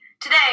Today